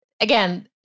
again